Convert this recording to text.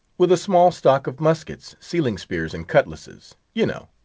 with a small stock of muskets, sealing-spears, and cutlasses, you know.